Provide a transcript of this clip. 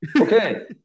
Okay